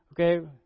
okay